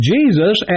Jesus